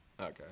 Okay